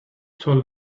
told